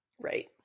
Right